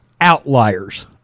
outliers